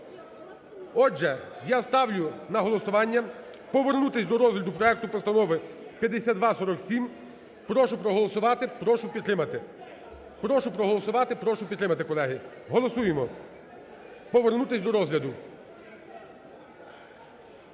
Отже, я ставлю на голосування повернутися до розгляду проекту постанови 5247. Прошу проголосувати, прошу підтримати. Прошу проголосувати, прошу підтримати, колеги. Голосуємо повернутися до розгляду.